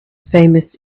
famous